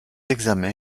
examens